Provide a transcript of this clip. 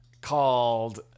called